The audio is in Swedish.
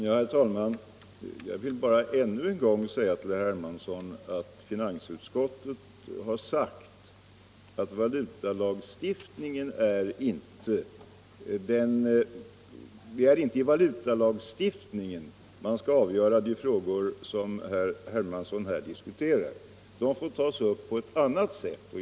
Herr talman! Jag vill bara än en gång säga till herr Hermansson att finansutskottet har sagt att det icke är i valutalagstiftningen som man bör avgöra de frågor som herr Hermansson här diskuterar. De får tas upp på annat sätt.